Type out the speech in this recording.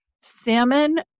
salmon